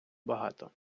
багато